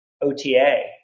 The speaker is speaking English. OTA